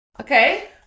Okay